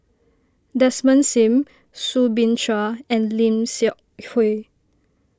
Desmond Sim Soo Bin Chua and Lim Seok Hui